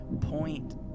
Point